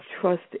trust